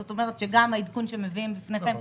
זאת אומרת שגם העדכון שמביאים בפניכם